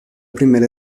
primera